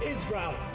Israel